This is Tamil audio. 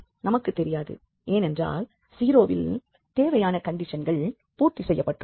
நமக்கு தெரியாது ஏனென்றால் 0 வில் தேவையான கண்டிஷன்கள் பூர்த்தி செய்யப்பட்டுள்ளன